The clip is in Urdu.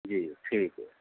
جی ٹھیک ہے